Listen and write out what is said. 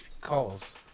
calls